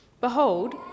Behold